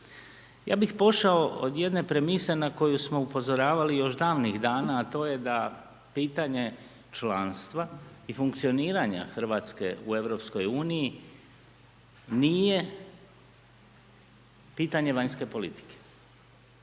Ja bih pošao od jedne premise na koju smo upozoravali još davnih dana, a to je da pitanje članstva i funkcioniranja Hrvatske u Europskoj uniji nije pitanje vanjske politike.